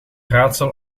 raadsel